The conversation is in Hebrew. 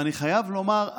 ואני חייב לומר,